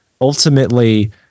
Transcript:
ultimately